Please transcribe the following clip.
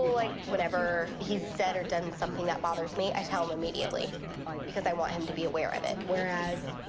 like whenever he's said or done something that bothers me, i tell him immediately because i want him to be aware of it. whereas,